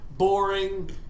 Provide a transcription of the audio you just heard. Boring